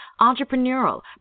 entrepreneurial